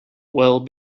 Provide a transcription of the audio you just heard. well